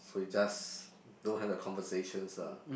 so is just don't have the conversations lah